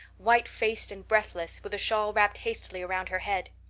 white faced and breathless, with a shawl wrapped hastily around her head.